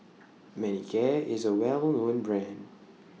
Manicare IS A Well known Brand